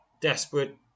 desperate